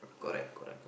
correct correct